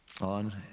on